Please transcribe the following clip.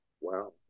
Wow